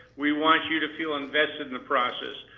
we want you to feel invested in the process.